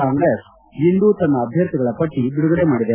ಕಾಂಗ್ರೆಸ್ ಇಂದು ತನ್ನ ಅಭ್ವರ್ಥಿಗಳ ಪಟ್ಟಿ ಬಿಡುಗಡೆ ಮಾಡಿದೆ